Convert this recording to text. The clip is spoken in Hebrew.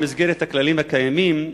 במסגרת הכללים הקיימים,